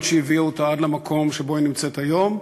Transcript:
שהביאו אותה עד למקום שבו היא נמצאת היום,